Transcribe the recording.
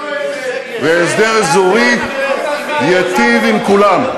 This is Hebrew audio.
והסדר אזורי ייטיב עם כולם.